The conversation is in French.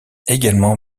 également